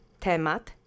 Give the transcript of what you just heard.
TEMAT